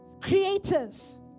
creators